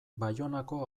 baionako